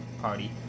Party